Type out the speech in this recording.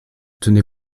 tenez